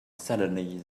suddenly